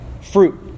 fruit